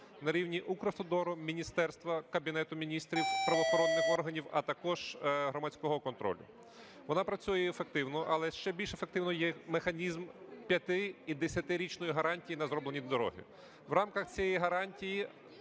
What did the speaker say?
на рівні Укравтодору, міністерства, Кабінету Міністрів, правоохоронних органів, а також громадського контролю. Вона працює ефективно, але ще більш ефективним є механізм п'яти- і десятирічної гарантії на зроблені дороги. В рамках цієї гарантії